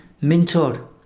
Mentor